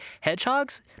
hedgehogs